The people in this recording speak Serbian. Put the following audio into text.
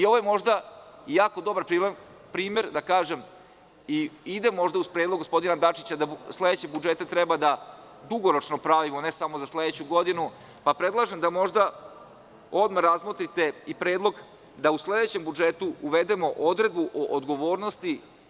Ovo je možda jako dobar primer da kažem i ide možda uz predlog gospodina Dačića da sledeće budžete treba da dugoročno pravimo, a ne samo za sledeću godinu, pa predlažem da odmah razmotrite i predlog da u sledećem budžetu uvedemo odredbu o odgovornosti.